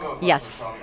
Yes